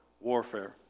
warfare